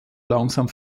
langsam